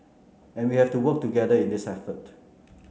and we have to work together in this effort